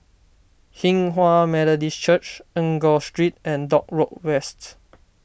Hinghwa Methodist Church Enggor Street and Dock Road West